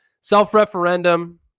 self-referendum